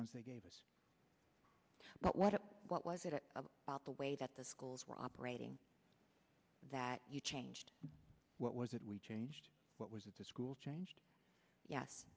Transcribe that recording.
ones they gave us but what what was it about the way that the schools were operating that you changed what was it we changed what was it the school changed yes